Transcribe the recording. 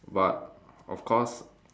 but of course